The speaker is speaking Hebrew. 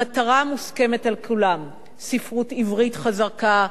המטרה מוסכמת על כולם: ספרות עברית חזקה,